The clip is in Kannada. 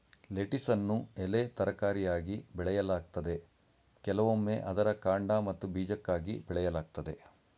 ಲೆಟಿಸನ್ನು ಎಲೆ ತರಕಾರಿಯಾಗಿ ಬೆಳೆಯಲಾಗ್ತದೆ ಕೆಲವೊಮ್ಮೆ ಅದರ ಕಾಂಡ ಮತ್ತು ಬೀಜಕ್ಕಾಗಿ ಬೆಳೆಯಲಾಗ್ತದೆ